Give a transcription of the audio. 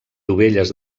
dovelles